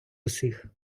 усіх